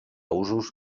usos